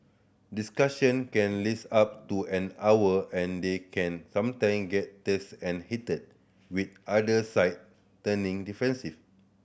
discussion can up to an hour and they can sometime get tense and heated with either side turning defensive